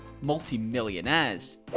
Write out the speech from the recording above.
multimillionaires